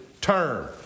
term